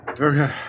Okay